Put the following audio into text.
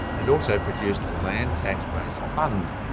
it also produced a land tax-based fund,